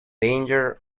danger